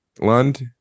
lund